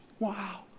Wow